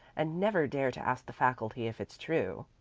and never dare to ask the faculty if it's true.